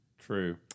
True